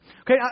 Okay